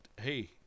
hey